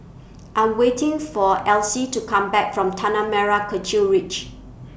I'm waiting For Else to Come Back from Tanah Merah Kechil Ridge